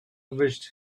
wished